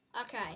Okay